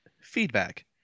feedback